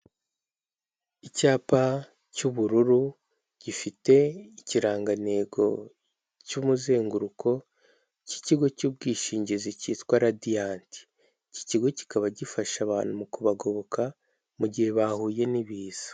Icyapa cy'ubururu gifite ikirangantego cy'umuzenguruko cy'ikigo cy'ubwishingizi cyitwa radiyanti, iki kigo kikaba gifasha abantu mu kubagoboka mu gihe bahuye n'ibiza.